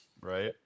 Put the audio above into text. Right